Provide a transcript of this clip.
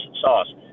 sauce